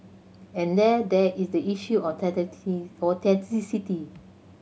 and then there is the issue of of authenticity